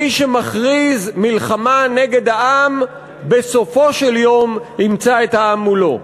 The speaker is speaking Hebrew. מי שמכריז מלחמה נגד העם בסופו של יום ימצא את העם מולו.